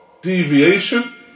deviation